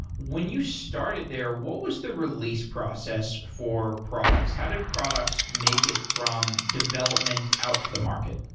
when you started there, what was the release process for products? how did products make it from development out to the market?